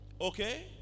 Okay